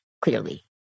clearly